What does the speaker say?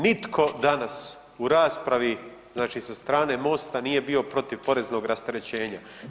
Nitko danas u raspravi znači sa strane Mosta nije bio protiv poreznog rasterećenja.